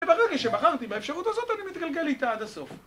ברגע שבחרתי באפשרות הזאת אני מתגלגל איתה עד הסוף